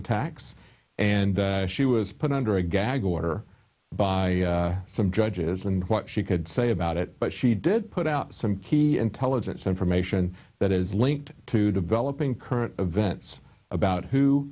attacks and she was put under a gag order by some judges and what she could say about it but she did put out some key intelligence information that is linked to developing current events about who